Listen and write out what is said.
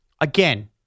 Again